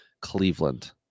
Cleveland